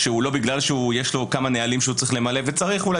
לא בגלל שיש לו כמה נהלים שהוא צריך למלא וצריך אולי